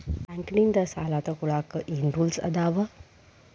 Bank ನಿಂದ್ ಸಾಲ ತೊಗೋಳಕ್ಕೆ ಏನ್ ರೂಲ್ಸ್ ಅದಾವ?